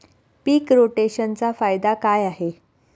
पीक रोटेशनचा फायदा काय आहे?